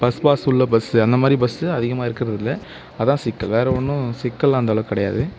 bus pass உள்ள bus அந்த மாதிரி பஸ்ஸு அதிகமாக இருக்கிறது இல்லை அதான் சிக்கல் வேறு ஒன்றும் சிக்கலெல்லாம் அந்தளவுக் கிடையாது